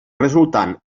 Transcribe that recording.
resultant